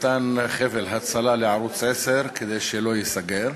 במתן חבל הצלה לערוץ 10 כדי שלא ייסגר.